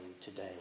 today